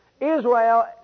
Israel